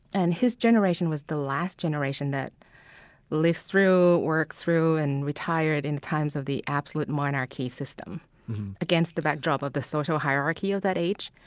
and his generation was the last generation that lived through, worked through, and retired in times of the absolute monarchy system against the backdrop of the social hierarchy of that age.